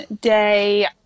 day